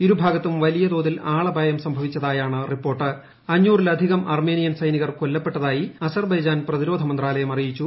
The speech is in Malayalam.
ഇരുഭാഗത്തും വലിയ തോതിൽ ആളപായം സംഭവിച്ചതയാണ് അർമീനിയൻ സൈനികർ കൊല്ലപ്പെട്ടത്ായി അസർബൈജാൻ പ്രതിരോധ മന്ത്രാലയം അറിയ്യിച്ചു